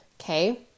Okay